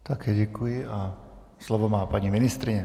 Také děkuji a slovo má paní ministryně.